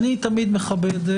אני תמיד מכבד.